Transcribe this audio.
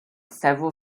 several